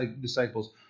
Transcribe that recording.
disciples